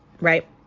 right